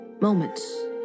moments